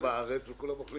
כולם בארץ, וכולם אוכלים